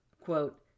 Quote